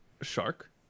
shark